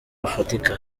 bifatika